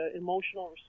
emotional